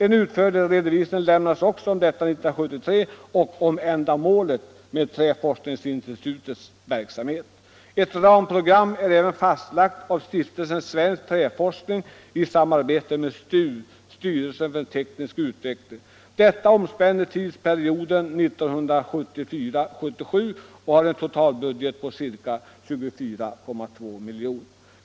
En utförlig redogörelse för detta och för ändamålet med Träforskningsinstitutets verksamhet lämnades också 1973. Ett ramprogram är även fastlagt av Stiftelsen Svensk träforskning i samarbete med STU, styrelsen för teknisk utveckling. Detta omspänner tidsperioden 1974-1977 och har en totalbudget på ca 24,2 miljoner.